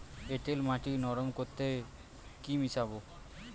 এঁটেল মাটি নরম করতে কি মিশাব?